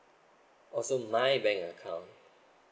oh so my bank account